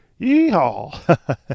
Yeehaw